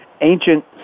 Ancient